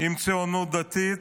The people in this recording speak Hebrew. עם הציונות הדתית,